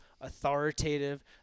authoritative